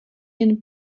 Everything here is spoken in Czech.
jen